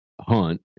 hunt